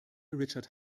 richard